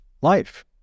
life